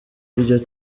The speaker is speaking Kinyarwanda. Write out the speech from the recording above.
iryo